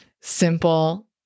simple